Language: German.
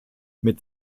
mit